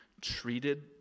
treated